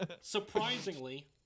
Surprisingly